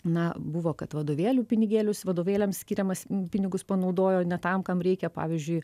na buvo kad vadovėlių pinigėlius vadovėliams skiriamas pinigus panaudojo ne tam kam reikia pavyzdžiui